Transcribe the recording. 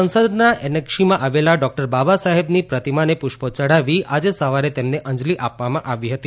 સંસદના એનેક્ષીમાં આવેલી ડોકટર બાબાસાહેબની પ્રતિમાને પુષ્પો યઢાવી આજે સવારે તેમને અંજલી આપવામાં આવી હતી